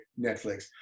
netflix